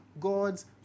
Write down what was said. God's